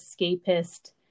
escapist